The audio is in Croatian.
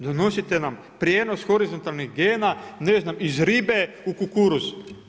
Donosite nam prijenos horizontalnih gena, ne znam, iz ribe u kukuruz.